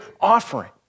offering